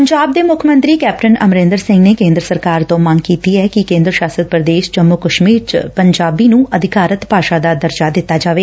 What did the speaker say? ਪੰਜਾਬ ਦੇ ਮੁੱਖ ਮੰਤਰੀ ਕੈਪਟਨ ਅਮਰਿੰਦਰ ਸਿੰਘ ਨੇ ਕੇ'ਦਰ ਸਰਕਾਰ ਤੋ' ਮੰਗ ਕੀਤੀ ਏ ਕਿ ਕੇ'ਦਰੀ ਸ਼ਾਸਤ ਪ੍ਰਦੇਸ਼ ਜੰਮੂ ਕਸ਼ਮੀਰ ਚ ਪੰਜਾਬੀ ਨੂੰ ਅਧਿਕਾਰਤ ਭਾਸ਼ਾ ਦਾ ਦਰਜਾ ਦਿੱਤਾ ਜਾਵੇ